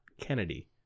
Kennedy